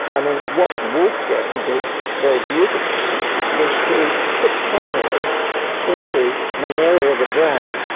um and what wolfgang did very beautifully was to put cannulaly into an area of the brain,